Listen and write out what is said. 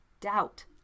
doubt